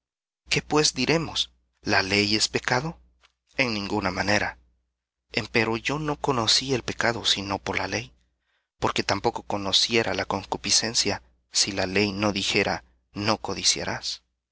qué pues diremos la ley es pecado en ninguna manera empero yo no conocí el pecado sino por la ley porque tampoco conociera la concupiscencia si la ley no dijera no codiciarás